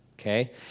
Okay